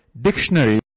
dictionary